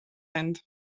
end